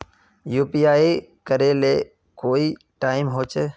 UPI करे ले कोई टाइम होचे?